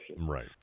Right